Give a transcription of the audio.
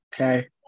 Okay